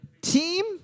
team